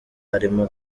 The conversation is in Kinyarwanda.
arimo